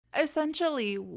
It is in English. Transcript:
Essentially